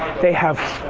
they have,